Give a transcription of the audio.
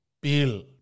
bill